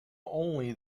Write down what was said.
only